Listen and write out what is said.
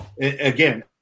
Again